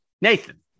Nathan